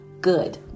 good